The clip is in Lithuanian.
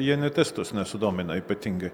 jie net estus nesudomina ypatingai